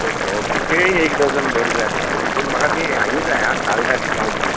okay okay केळीं एक डजनभर जाय पडटलीं पूण म्हाका तीं हाजी जाय हां सालदाटी गांवटी